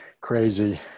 crazy